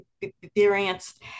experienced